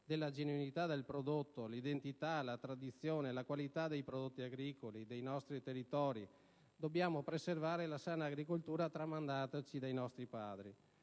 della genuinità del prodotto, l'identità, la tradizione, la qualità dei prodotti agricoli dei nostri territori. Dobbiamo preservare la sana agricoltura tramandataci dai nostri padri.